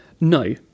No